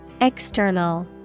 EXTERNAL